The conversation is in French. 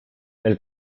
elle